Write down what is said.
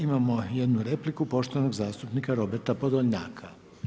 Imamo jednu repliku poštovanog zastupnika Roberta Podolnjaka.